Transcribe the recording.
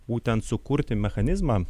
būtent sukurti mechanizmą